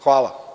Hvala.